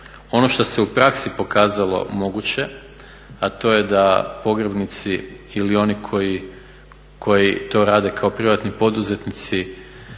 ono što se u praksi pokazalo moguće a to je da pogrebnici ili oni koji to rade kao privatni poduzetnici